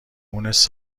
مونس